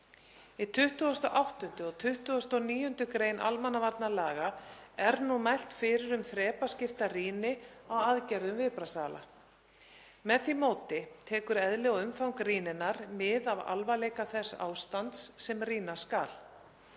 Í 28. og 29. gr. almannavarnalaga er nú mælt fyrir um þrepaskipta rýni á aðgerðum viðbragðsaðila. Með því móti tekur eðli og umfang rýninnar mið af alvarleika þess ástands sem rýna skal.